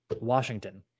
Washington